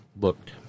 looked